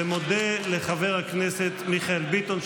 ומודה לחבר הכנסת מיכאל ביטון,